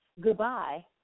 goodbye